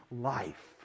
life